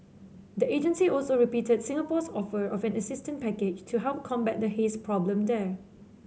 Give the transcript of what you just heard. the agency also repeated Singapore's offer of an assistance package to help combat the haze problem there